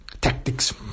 tactics